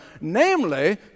namely